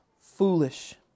foolish